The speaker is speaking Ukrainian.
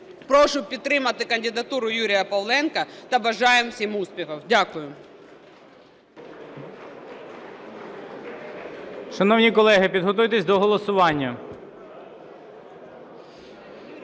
Прошу підтримати кандидатуру Юрія Павленка та бажаємо всім успіхів. Дякую.